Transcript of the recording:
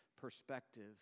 perspective